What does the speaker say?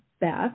beth